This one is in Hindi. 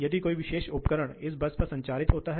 ठीक है